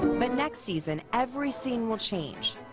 but next season every scene will change.